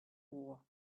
war